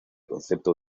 concepto